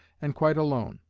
and quite alone.